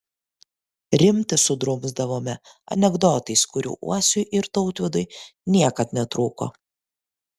rimtį sudrumsdavome anekdotais kurių uosiui ir tautvydui niekad netrūko